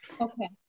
Okay